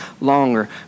longer